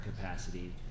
capacity